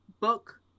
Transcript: book